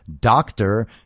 doctor